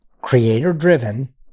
creator-driven